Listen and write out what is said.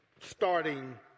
starting